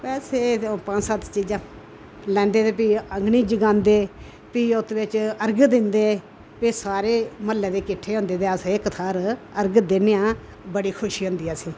बस एह् पंज सत्त चीज़ां लैंदे ते फ्ही अग्नि जगांदे फ्ही उत्त बिच्च अर्ग दिंदे फ्ही सारे म्हल्लें दे किट्ठे होंदे ते अस इक थाह्र अर्ग दिन्ने आं बड़ी खुशी होंदी असेंगी